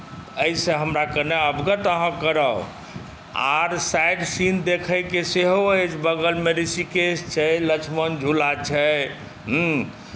एहिसँ हमरा कने अवगत अहाँ कराउ आओर साइड सीन देखैके सेहो अछि बगलमे ऋषिकेश छै लक्ष्मन झूला छै हँ